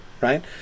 right